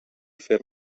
fer